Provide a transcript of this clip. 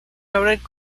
noted